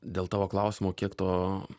dėl tavo klausimo kiek to